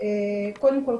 קודם כל,